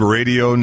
Radio